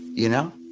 you know